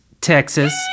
Texas